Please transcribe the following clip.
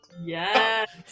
Yes